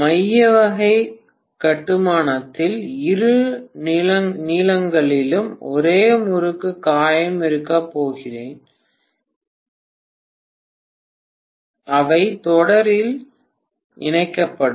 மைய வகை கட்டுமானத்தில் இரு நீளங்களிலும் ஒரே முறுக்கு காயம் இருக்கப் போகிறேன் அவை தொடரில் இணைக்கப்படும்